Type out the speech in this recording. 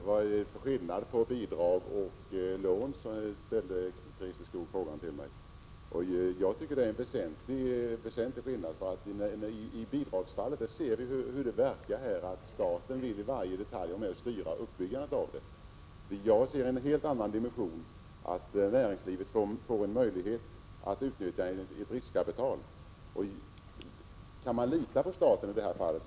Herr talman! Christer Skoog ställde frågan till mig vad det är för skillnad på bidrag och lån. Jag tycker att det är en väsentlig skillnad. När det gäller bidrag kan vi se hur staten vill i varje detalj styra uppbyggandet. Jag ser saken ur en helt annan synvinkel, att näringslivet kan få möjlighet att utnyttja ett riskkapital. Man kan fråga sig om man kan lita på staten i det här fallet.